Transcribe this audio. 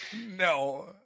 No